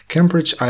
Cambridge